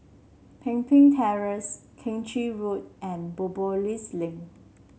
Pemimpin Terrace Keng Chin Road and Biopolis Link